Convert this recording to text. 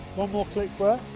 one more click where.